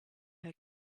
her